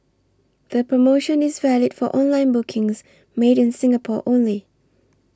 the promotion is valid for online bookings made in Singapore only